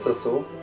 ah so